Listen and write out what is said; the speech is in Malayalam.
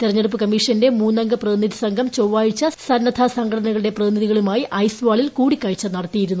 തെരഞ്ഞെടുപ്പ് കമ്മീഷന്റെ മൂന്നംഗ പ്രതിനിധി സംഘം ച്ചൊപ്പാഴ്ച സന്നദ്ധ സംഘടനകളുടെ പ്രതിനിധികളുമായി ഐസ്വാളിൽ കൂടിക്കാഴ്ച നടത്തിയിരുന്നു